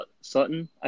Sutton